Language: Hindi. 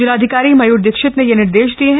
जिलाधिकारी मयूर दीक्षित ने यह निर्देश दिये हैं